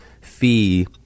fee